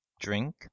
drink